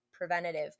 preventative